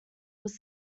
was